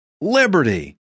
liberty